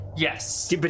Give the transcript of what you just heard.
Yes